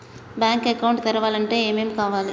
Bank account తెరవాలంటే ఏమేం కావాలి?